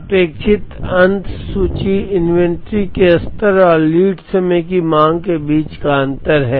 अपेक्षित अंत सूची इन्वेंट्री के स्तर और लीड समय की मांग के बीच का अंतर है